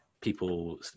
people